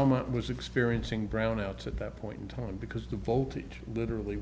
amount was experiencing brownouts at that point in time because the voltage literally